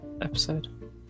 episode